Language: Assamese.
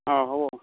অঁ হ'ব